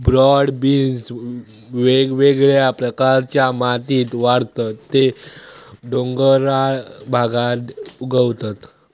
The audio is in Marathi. ब्रॉड बीन्स वेगवेगळ्या प्रकारच्या मातीत वाढतत ते डोंगराळ भागात उगवतत